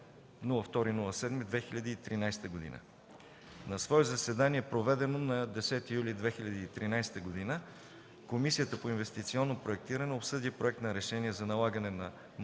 2 юли 2013 г. На свое заседание, проведено на 10 юли 2013 г., Комисията по инвестиционно проектиране обсъди Проект за решение за налагане на